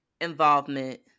involvement